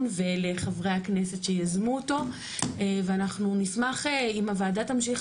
ולחברי הכנסת שיזמו אותו ואנחנו נשמח אם הוועדה תמשיך